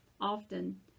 often